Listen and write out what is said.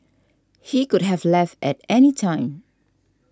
he could have left at any time